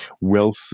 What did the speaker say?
wealth